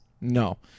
No